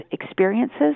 experiences